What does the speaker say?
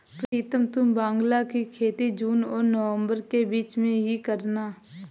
प्रीतम तुम बांग्ला की खेती जून और नवंबर के बीच में ही करना